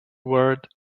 word